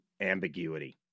ambiguity